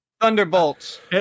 thunderbolts